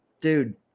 dude